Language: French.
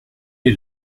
est